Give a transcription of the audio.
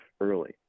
early